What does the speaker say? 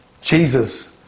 Jesus